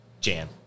Jan